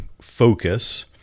focus